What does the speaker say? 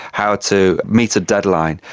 how to meet a deadline.